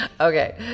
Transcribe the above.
Okay